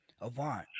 avant